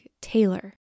Taylor